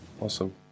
awesome